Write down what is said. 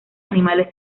animales